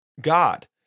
God